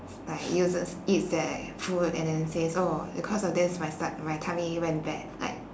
like uses eats their food and then says because of this s~ my tummy went bad like